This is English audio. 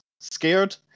scared